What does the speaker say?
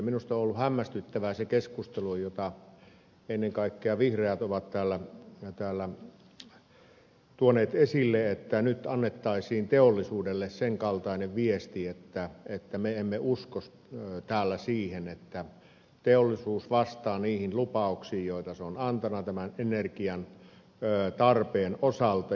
minusta on ollut hämmästyttävää se keskustelu jota ennen kaikkea vihreät ovat täällä tuoneet esille että nyt annettaisiin teollisuudelle sen kaltainen viesti että me emme usko täällä siihen että teollisuus vastaa niihin lupauksiin joita se on antanut tämän energiantarpeen osalta